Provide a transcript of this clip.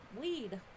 Weed